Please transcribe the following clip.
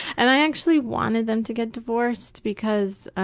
and i actually wanted them to get divorced because